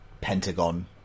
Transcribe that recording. pentagon